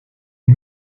les